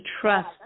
trust